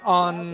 on